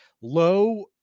low